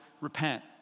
repent